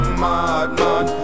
madman